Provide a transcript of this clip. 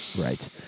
right